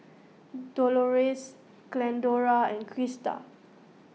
Dolores Glendora and Krista